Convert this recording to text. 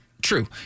True